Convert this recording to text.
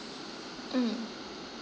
mm